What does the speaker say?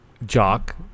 Jock